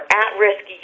at-risk